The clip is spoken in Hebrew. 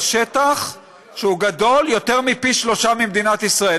שטח שהוא גדול יותר מפי שלושה ממדינת ישראל,